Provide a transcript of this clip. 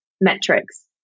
metrics